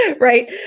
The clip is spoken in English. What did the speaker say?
right